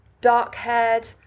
dark-haired